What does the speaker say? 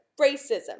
racism